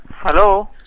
Hello